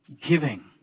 giving